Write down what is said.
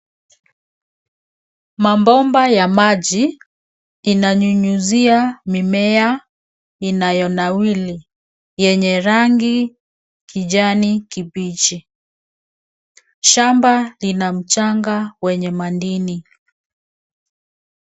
Mabomba ya maji inanyunyizia mimea inayonawiri yenye rangi kijani kibichi. Shamba lina mchanga wenye madini.